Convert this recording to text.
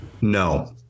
No